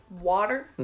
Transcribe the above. Water